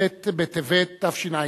ט' בטבת התשע"ב